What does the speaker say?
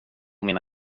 mina